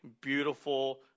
beautiful